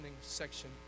section